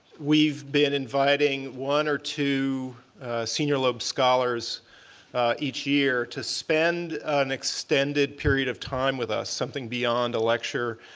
we've been inviting one or two senior loeb scholars each year to spend an extended period of time with us, something beyond a lecture,